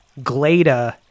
Glada